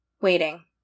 Waiting